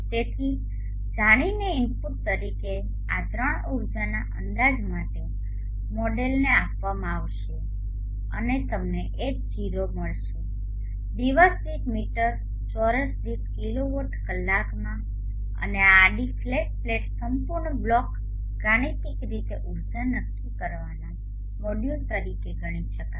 તેથી જાણીને ϕ ઇનપુટ્સ તરીકે આ 3 ઉર્જાના અંદાજ માટે મોડેલને આપવામાં આવશે અને તમને H0 મળશે0 દિવસ દીઠ મીટર ચોરસ દીઠ કિલોવોટ કલાકમાં અને આ આડી ફ્લેટ પ્લેટ સંપૂર્ણ બ્લોક ગાણિતીક રીતે ઉર્જા નક્કી કરવાના મોડ્યુલ તરીકે ગણી શકાય